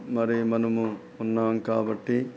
మరి మనము ఉన్నాం కాబట్టి